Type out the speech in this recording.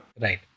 Right